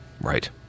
right